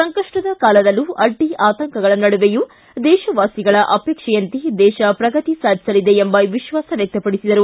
ಸಂಕಷ್ಟದ ಕಾಲದಲ್ಲೂ ಅಡ್ಡಿ ಆತಂಕಗಳ ನಡುವೆಯೂ ದೇಶವಾಸಿಗಳ ಅಪೇಕ್ಷೆಯಂತೆ ದೇಶ ಪ್ರಗತಿ ಸಾಧಿಸಲಿದೆ ಎಂಬ ವಿಶ್ವಾಸ ವ್ಯಕ್ತಪಡಿಸಿದರು